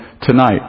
tonight